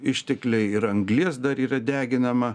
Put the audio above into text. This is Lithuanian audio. ištekliai ir anglies dar yra deginama